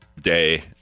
day